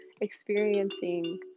experiencing